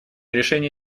решения